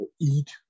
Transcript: eat